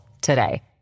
today